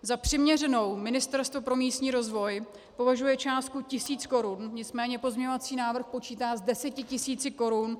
Za přiměřenou Ministerstvo pro místní rozvoj považuje částku tisíc korun, nicméně pozměňovací návrh počítá s deseti tisíci korun.